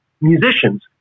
musicians